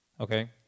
Okay